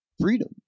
freedom